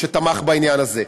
שתמך בעניין הזה,